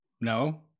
no